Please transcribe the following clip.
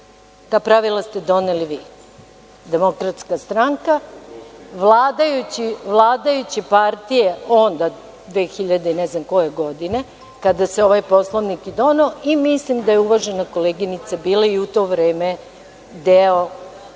Ta pravila ste doneli vi DS, vladajuće partije onda dve hiljade ne znam koje godine, kada se ovaj poslovnik i doneo i mislim da je uvažena koleginica bila i u to vreme deo